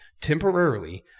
temporarily